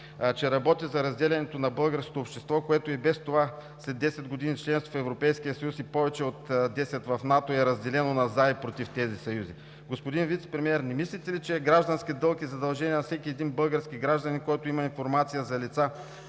че работи за разделянето на българското общество, което и без това след 10 години членство в Европейския съюз и повече от 10 в НАТО, е разделено на „за“ и „против“ тези съюзи? Господин Вицепремиер, не мислите ли, че е граждански дълг и задължение на всеки един български гражданин, който има информация за лица